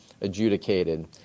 adjudicated